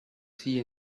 see